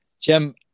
Jim